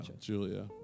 Julia